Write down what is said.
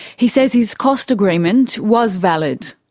he says his cost agreement was valid.